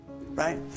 right